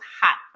hot